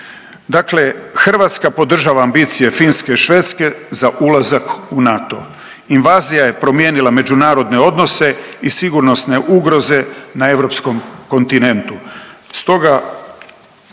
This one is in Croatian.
Dakle, Hrvatska podržava ambicije Finske i Švedske za ulazak u NATO. Invazija je promijenila međunarodne odnose i sigurnosne ugroze na europskom kontinentu.